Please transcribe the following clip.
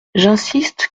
j’insiste